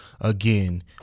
again